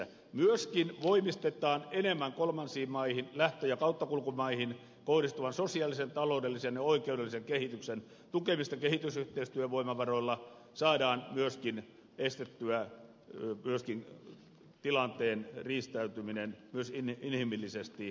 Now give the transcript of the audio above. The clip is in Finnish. myöskin on voimistettava enemmän kolmansiin maihin lähtö ja kauttakulkumaihin kohdistuvan sosiaalisen taloudellisen ja oikeudellisen kehityksen tukemista kehitysyhteistyövoimavaroilla millä saadaan myöskin estettyä tilanteen riistäytyminen inhimillisesti hallitsemattomaksi